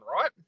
right